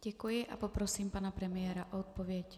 Děkuji a poprosím pana premiéra o odpověď.